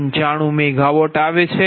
95 MW છે